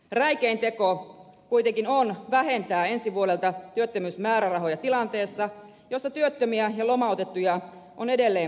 räikein teko kuitenkin on vähentää ensi vuodelta työttömyysmäärärahoja tilanteessa jossa työttömiä ja lomautettuja on edelleen paljon